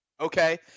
Okay